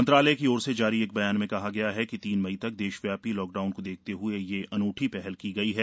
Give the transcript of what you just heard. मंत्रालय की ओर से जारी एक बयान में कहा गया कि तीन मई तक देशव्यापी लॉकडाउन को देखते हुए ये अनूठी पहल की गई है